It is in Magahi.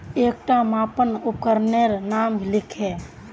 एकटा मापन उपकरनेर नाम लिख?